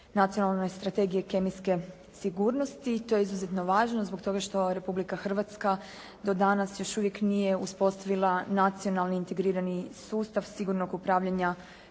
Nacionalne strategije kemijske sigurnosti. To je izuzetno važno zbog toga što Republika Hrvatska do danas još uvijek nije uspostavila nacionalni integrirani sustav sigurnog upravljanja